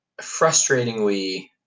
frustratingly